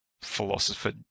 philosopher